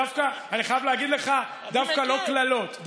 דווקא, אני חייב להגיד לך, דווקא לא קללות.